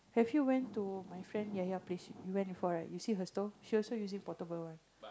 have you went to my friend ya ya place you went before right you see her stove she also using portable one